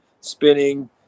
spinning